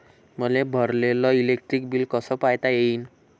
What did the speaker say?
मले भरलेल electric bill कस पायता येईन?